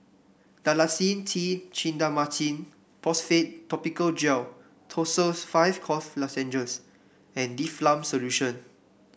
Dalacin T Clindamycin Phosphate Topical Gel Tussils five Cough Lozenges and Difflam Solution